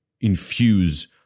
infuse